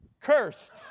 cursed